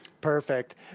Perfect